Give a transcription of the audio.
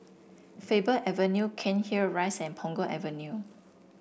Faber Avenue Cairnhill Rise and Punggol Avenue